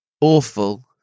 awful